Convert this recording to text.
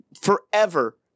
forever